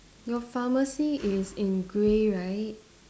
your pharmacy is in grey right